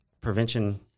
prevention